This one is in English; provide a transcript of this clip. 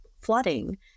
flooding